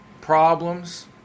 problems